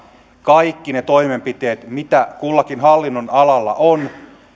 kaikki ne toimenpiteet mitä kullakin hallinnonalalla on